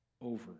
over